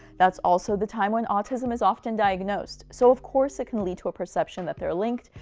that's also the time when autism is often diagnosed, so of course it can lead to a perception that they are linked,